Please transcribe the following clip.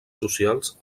socials